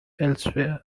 elsewhere